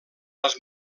les